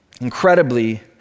incredibly